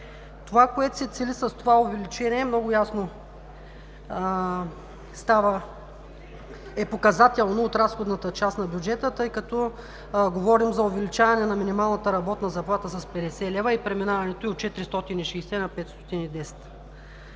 това, което се цели с това увеличение, е показателно от разходната час на бюджета, тъй като говорим за увеличаване на минималната работна заплата с 50 лв. и преминаването й от 460 лв. на 510